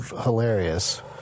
hilarious